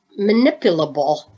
manipulable